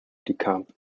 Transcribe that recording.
duchamp